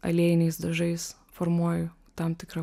aliejiniais dažais formuoju tam tikrą